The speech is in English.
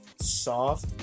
soft